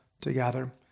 together